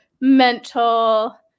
mental